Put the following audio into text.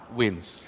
wins